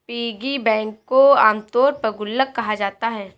piggy bank को आमतौर पर गुल्लक कहा जाता है